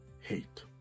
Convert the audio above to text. hate